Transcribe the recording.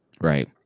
right